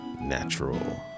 natural